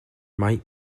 might